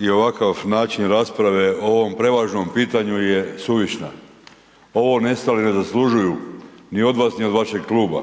i ovakav način rasprave o ovom prevažnom pitanju je suvišna. Ovo nestali ne zaslužuju, ni od vas, ni od vašeg kluba.